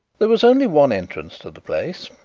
there was only one entrance to the place,